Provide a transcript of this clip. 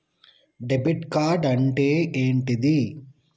Debit card అంటే ఏంటిది?